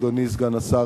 אדוני סגן השר,